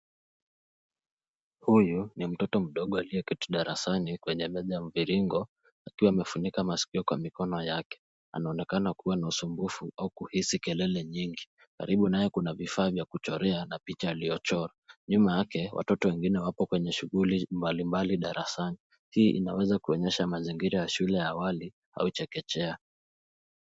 Huyu ni mtoto mdogo aliyeketi darasani kwenye meza ya mviringo akiwa amefunika maskio kwa mikono yake. Anaonekana kuwa na usumbufu au kuhisi kelele nyingi. Karibu naye kuna vifaa vya kuchorea na picha aliyochora. Nyuma yake watoto wengine wapo kwenye shughuli mbalimbali darasani. Hii inaweza kuonyesha mazingira ya shule ya awali au chekechea.